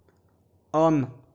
on